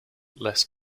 less